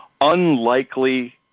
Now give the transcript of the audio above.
unlikely